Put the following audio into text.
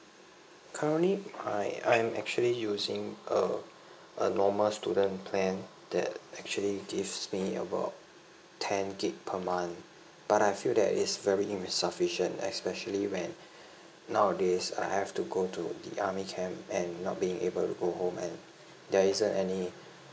currently I I'm actually using a a normal student plan that actually gives me about ten gig per month but I feel that it's very insufficient especially when nowadays I have to go to the army camp and not being able to go home and there isn't any